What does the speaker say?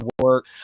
work